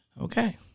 Okay